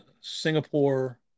singapore